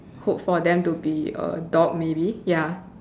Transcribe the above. hope for them to be a dog maybe ya